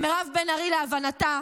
להבנתה,